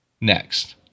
next